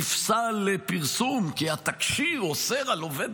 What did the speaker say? נפסל לפרסום כי התקשי"ר אוסר על עובד